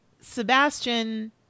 Sebastian